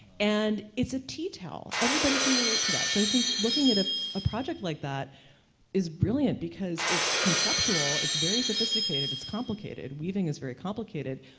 and it's a tea towel. everyone can relate to that. so, i think, looking at ah a project like that is brilliant because it's conceptual, it's very sophisticated, it's complicated, weaving is very complicated,